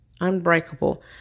Unbreakable